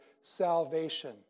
salvation